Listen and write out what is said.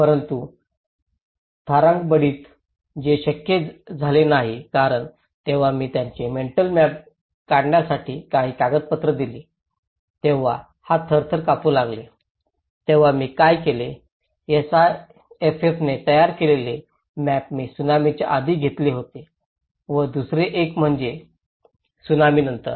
परंतु तारांगणबाडीत ते शक्य झाले नाही कारण जेव्हा मी त्यांचे मेंटल मॅप काढण्यासाठी काही कागदपत्र दिले तेव्हा हात थरथर कापू लागले तेव्हा मी काय केले एसआयएफएफने तयार केलेले मॅप मी त्सुनामीच्या आधी घेतले होते व दुसरे एक म्हणजे त्सुनामी नंतर